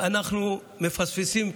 אנחנו מפספסים,